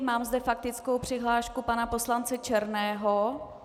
Mám zde faktickou přihlášku pana poslance Černého.